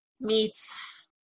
Meets